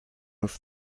with